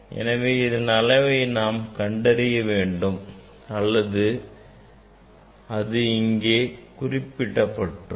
எனவே இதன் அளவை நாம் கண்டறிய வேண்டும் அல்லது அது இங்கே குறிப்பிடப்பட்டிருக்கும்